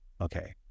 okay